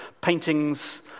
paintings